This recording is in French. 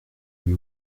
lui